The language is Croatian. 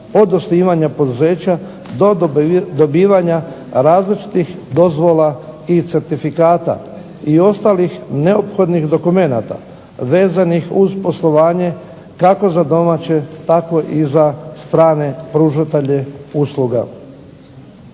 od osnivanja poduzeća do dobivanja različitih dozvola i certifikata i ostalih neophodnih dokumenata vezanih uz poslovanje kako za domaće tako i za strane pružatelje usluga.